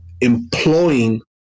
employing